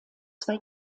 zwei